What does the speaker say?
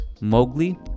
Mowgli